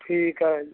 ਠੀਕ ਹੈ